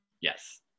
Yes